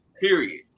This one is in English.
Period